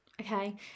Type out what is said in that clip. okay